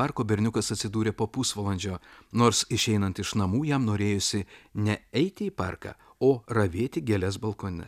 parko berniukas atsidūrė po pusvalandžio nors išeinant iš namų jam norėjosi ne eiti į parką o ravėti gėles balkone